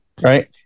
Right